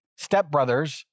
stepbrothers